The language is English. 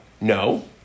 no